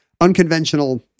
unconventional